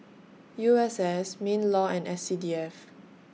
U S S MINLAW and S C D F